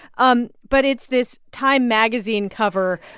um but it's this time magazine cover.